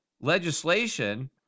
legislation